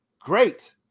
great